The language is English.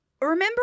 Remember